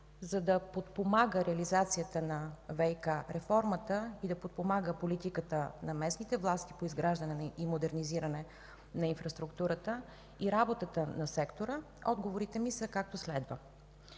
за да подпомага реализацията на ВиК реформата, да подпомага политиката на местните власти по изграждане и модернизиране на инфраструктурата и работата на сектора, отговорите ми са както следва.